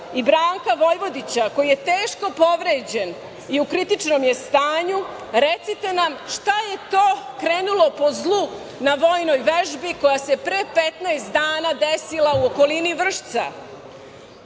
i Branka Vojvodića, koji je teško povređen i u kritičnom je stanju. Recite nam šta je to krenulo po zlu na vojnoj vežbi koja se pre 15 dana desila u okolini Vršca?